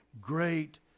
great